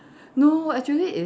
no actually it's